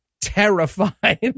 terrified